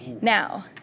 Now